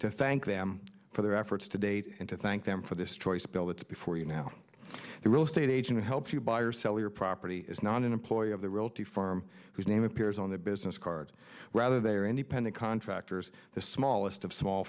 to thank them for their efforts to date and to thank them for this choice bill that's before you now the real estate agent to help you buy or sell your property is not an employee of the realty firm whose name appears on the business cards rather they are independent contractors the smallest of small